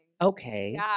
Okay